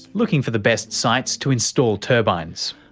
looking for the best sites to install turbines.